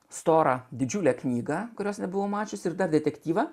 storą didžiulė knyga kurios nebuvau mačiusi ir dar detektyvą